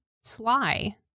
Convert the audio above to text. sly